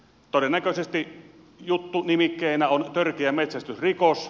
todennäköisesti juttunimikkeenä on törkeä metsästysrikos